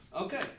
Okay